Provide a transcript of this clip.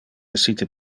essite